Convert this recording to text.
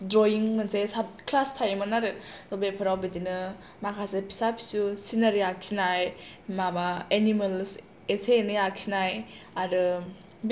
drawing मोनसे साब class थायोमोन आरो बेफोराव बिदिनो माखासे फिसा फिसु सिनारि आखिनाय माबा एनिमोल एसे एनै आखिनाय आरो